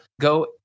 go